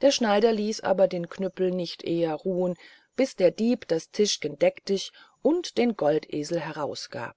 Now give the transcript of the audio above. der schneider ließ aber den knüppel nicht eher ruhen bis der dieb das tischgen deck dich und den goldesel heraus gab